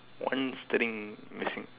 one string missing